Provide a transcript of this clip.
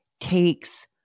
takes